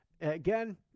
Again